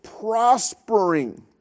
prospering